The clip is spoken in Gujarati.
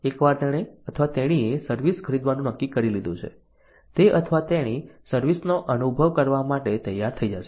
એકવાર તેણે અથવા તેણીએ સર્વિસ ખરીદવાનું નક્કી કરી લીધું છે તે અથવા તેણી સર્વિસ નો અનુભવ કરવા માટે તૈયાર થઈ જશે